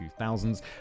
2000s